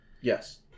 Yes